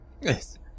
Yes